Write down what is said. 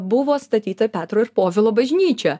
buvo statyta petro ir povilo bažnyčia